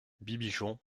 bibichon